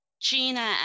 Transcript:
Gina